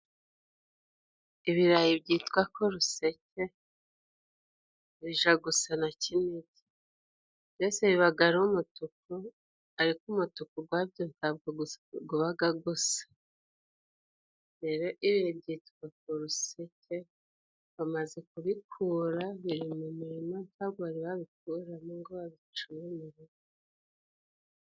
Ibirayi byitwa koruseke, bija gusa na kinigi. Byose bibaga ari umutuku ariko umutuku gwabyo ntabwo gubaga gusa. Rero ibi byitwa koruseke bamaze kubikura biri mu mirima ntago babikuramo ngo babice mu mirima.